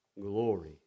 Glory